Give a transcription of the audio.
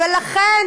ולכן